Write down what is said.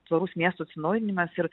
tvarus miesto atsinaujinimas ir